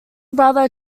brother